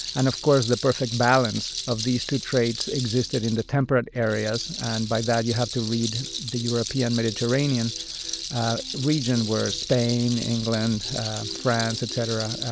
and, of course, the perfect balance of these two traits existed in the temperate areas. and by that, you have to read the european-mediterranean region where spain, england france, et cetera,